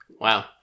Wow